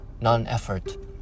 non-effort